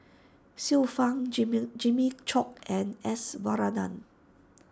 Xiu Fang Jimmu Jimmy Chok and S Varathan